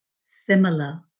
Similar